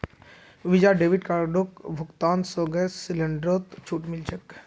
visa debit कार्डेर भुगतान स गैस सिलेंडरत छूट मिल छेक